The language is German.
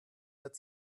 wird